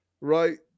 right